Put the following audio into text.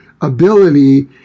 ability